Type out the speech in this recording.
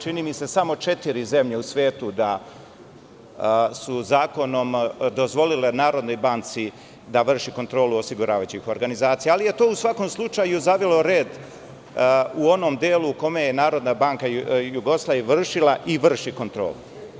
Čini mi se samo četiri zemlje u svetu su zakonom dozvolile NB da vrši kontrolu osiguravajućih organizacija, ali je to u svakom slučaju zavelo red u onom delu u kome je NBJ vršila i vrši kontrolu.